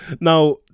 Now